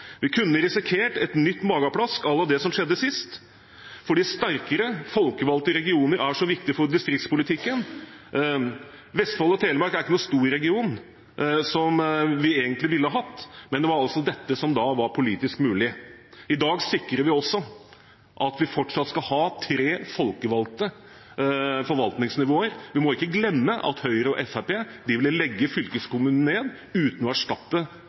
Vi kunne risikert et nytt mageplask à la det som skjedde sist, fordi sterkere folkevalgte regioner er så viktig for distriktspolitikken. Vestfold og Telemark er ikke noen stor region, som vi egentlig ville hatt, men det var altså dette som da var politisk mulig. I dag sikrer vi også at vi fortsatt skal ha tre folkevalgte forvaltningsnivåer. Vi må ikke glemme at Høyre og Fremskrittspartiet ville legge fylkeskommunen ned uten å